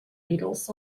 beetles